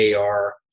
AR